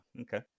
okay